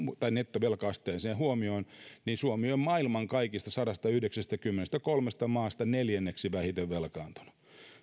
tai nettovelka asteeseen huomioon niin suomi on maailman kaikista sadastayhdeksästäkymmenestäkolmesta maasta neljänneksi vähiten velkaantunut